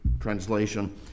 Translation